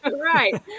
right